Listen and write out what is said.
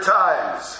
times